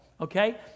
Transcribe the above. Okay